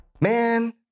Man